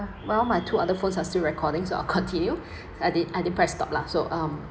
well my two other phones are still recordings so I'll continue I did I didn't press stop lah so um